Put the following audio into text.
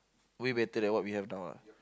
way better than that what we have now ah